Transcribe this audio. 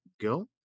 go